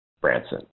Branson